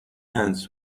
ends